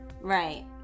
Right